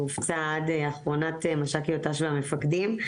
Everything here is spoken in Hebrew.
והופצה עד אחרונת מש"קיות ת"ש והמפקדים,